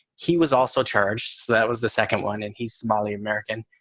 he was also charged. that was the second one. and he's somali american.